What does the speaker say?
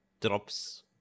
drops